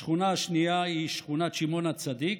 השכונה השנייה היא שכונת שמעון הצדיק,